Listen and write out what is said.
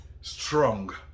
strong